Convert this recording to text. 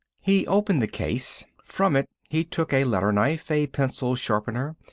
he opened the case. from it he took a letter-knife, a pencil sharpener,